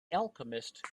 alchemist